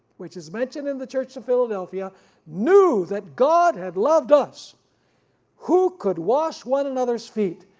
which is mentioned in the church to philadelphia knew that god had loved us who could wash one another's feet,